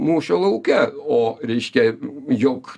mūšio lauke o reiškia jog